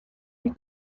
und